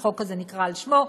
החוק הזה נקרא על שמו,